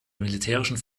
militärischen